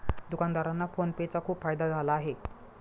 दुकानदारांना PhonePe चा खूप फायदा झाला आहे